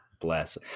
bless